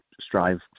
strive